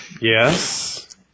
Yes